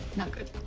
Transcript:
not good.